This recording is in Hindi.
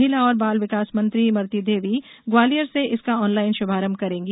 महिला और बाल विकास मंत्री इमरती देवी ग्वालियर से इसका ऑनलाइन शुभारंभ करेंगी